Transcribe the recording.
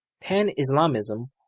Pan-Islamism